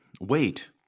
wait